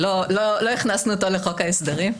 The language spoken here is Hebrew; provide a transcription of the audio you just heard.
שלא הכנסנו אותו לחוק ההסדרים,